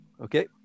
Okay